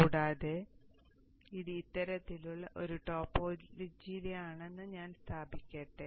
കൂടാതെ ഇത് ഇത്തരത്തിലുള്ള ഒരു ടോപ്പോളജിയിലാണെന്ന് ഞാൻ സ്ഥാപിക്കട്ടെ